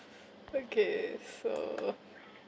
okay so